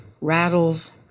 rattles